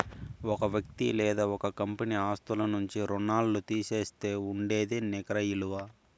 ఓ వ్యక్తి లేదా ఓ కంపెనీ ఆస్తుల నుంచి రుణాల్లు తీసేస్తే ఉండేదే నికర ఇలువ